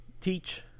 teach